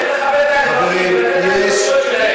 צריך לכבד את האזרחים ולתת להם את הזכויות שלהם.